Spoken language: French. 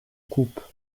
coupe